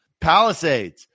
Palisades